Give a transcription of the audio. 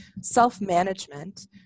Self-management